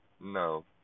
No